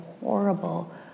horrible